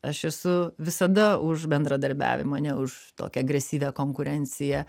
aš esu visada už bendradarbiavimą ne už tokią agresyvią konkurenciją